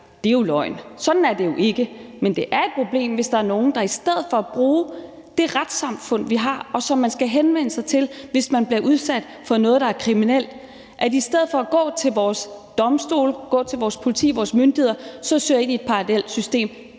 egne regler. Sådan er det jo ikke. Men det er et problem, hvis der er nogle, der søger ind i et parallelt system i stedet for at bruge det retssamfund, vi har, og som man skal henvende sig til, hvis man bliver udsat for noget, der er kriminelt, altså at man gør det i stedet for at gå til vores domstole, vores politi og vores myndigheder. Det er et problem.